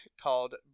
called